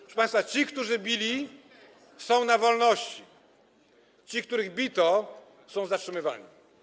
Proszę państwa, ci którzy bili, są na wolności, ci których bito, są zatrzymywani.